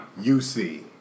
UC